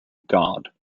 god